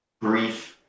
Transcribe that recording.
brief